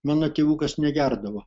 mano tėvukas negerdavo